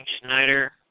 Schneider